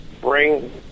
bring